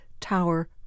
Tower